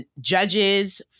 Judges